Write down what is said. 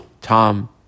Tom